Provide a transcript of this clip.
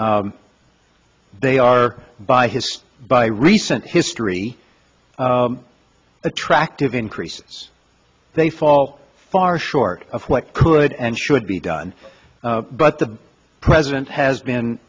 they are by his by recent history attractive increases they fall far short of what could and should be done but the president has been